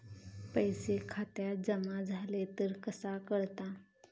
पैसे खात्यात जमा झाले तर कसा कळता?